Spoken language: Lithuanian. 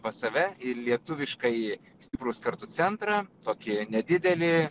pas save į lietuviškąjį stiprūs kartu centrą tokį nedidelį